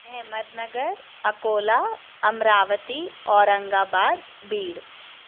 Ahmednagar Akola Amravati Aurangabad Beed